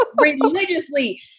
religiously